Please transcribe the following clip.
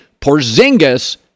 Porzingis